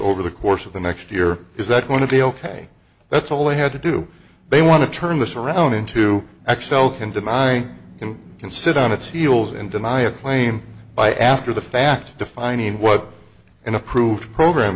over the course of the next year is that going to be ok that's all they had to do they want to turn this around into x l can deny can can sit on its heels and deny a claim by after the fact defining what an approved program